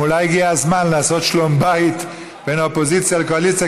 שאולי הגיע הזמן לעשות שלום בית בין האופוזיציה לקואליציה,